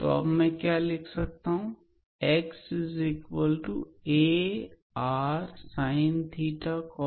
तो अब मैं लिख सकता हूं xarsincosybrsinsin तथा zcrcos